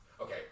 okay